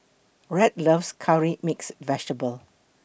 Rhett loves Curry Mixed Vegetable